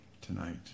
tonight